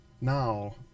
Now